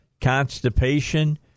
constipation